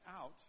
out